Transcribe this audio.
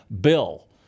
Bill